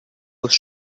was